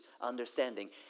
understanding